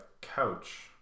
couch